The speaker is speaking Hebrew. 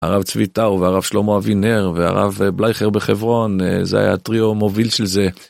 הרב צבי טאו והרב שלמה אבינר והרב בלייכר בחברון, זה היה הטריו המוביל של זה.